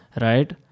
Right